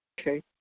Okay